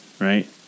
right